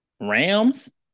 rams